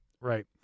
Right